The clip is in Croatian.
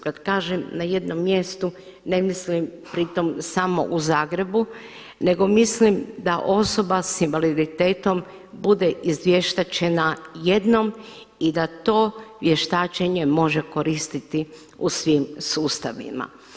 Kad kažem na jednom mjestu ne mislim pritom samo u Zagrebu, nego mislim da osoba sa invaliditetom bude izvještačena jednom i da to vještačenje može koristiti u svim sustavima.